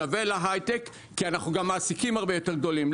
שווה להייטק כי אנחנו גם מעסיקים הרבה יותר גדולים.